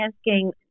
asking